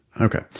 Okay